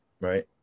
right